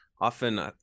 often